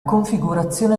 configurazione